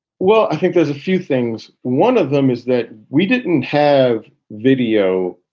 well, i think there's a few things. one of them is that we didn't have video.